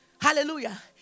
Hallelujah